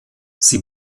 sie